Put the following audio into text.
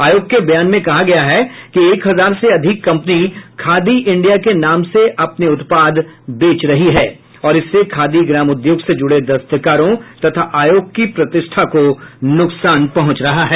आयोग के बयान में कहा गया है कि एक हजार से अधिक कम्पनी खादी इंडिया के नाम से अपने उत्पाद बेच रही है और इससे खादी ग्राम उद्योग से जुड़े दस्तकारों तथा आयोग की प्रतिष्ठा को नुकसान पहुंच रहा है